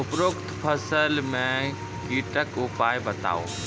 उपरोक्त फसल मे कीटक उपाय बताऊ?